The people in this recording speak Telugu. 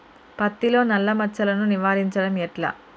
పత్తిలో నల్లా మచ్చలను నివారించడం ఎట్లా?